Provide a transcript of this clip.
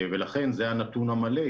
ולכן זה הנתון המלא.